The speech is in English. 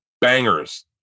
bangers